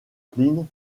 pline